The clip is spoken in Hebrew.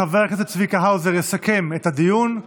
חבר הכנסת צביקה האוזר יסכם את הדיון,